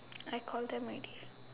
I call them already